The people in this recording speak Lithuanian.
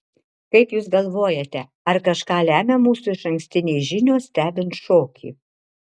kaip jūs galvojate ar kažką lemia mūsų išankstinės žinios stebint šokį